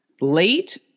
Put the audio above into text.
late